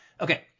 okay